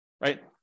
right